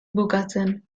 bukatzen